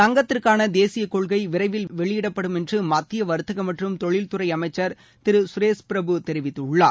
தங்கத்திற்கான தேசிய கொள்கை விரைவில் வெளியிடப்படும் என்று மத்திய வாத்தக மற்றும் தொழில்துறை அமைச்சர் திரு குரேஷ் பிரபு தெரிவித்துள்ளார்